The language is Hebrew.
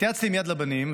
התייעצתי עם יד לבנים,